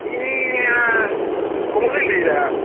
ᱤᱧ ᱠᱚᱢᱚᱞ ᱤᱧ ᱞᱟᱹᱭ ᱮᱫᱟ